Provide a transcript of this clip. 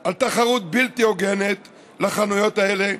על תחרות בלתי הוגנת לחנויות האלה,